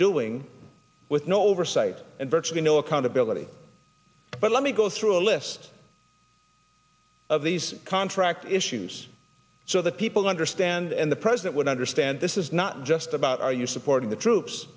doing with no oversight and virtually no accountability but let me go through a list of these contract issues so that people understand and the president would understand this is not just about are you supporting the troops